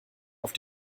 auf